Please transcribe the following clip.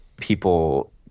people